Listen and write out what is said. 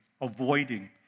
avoiding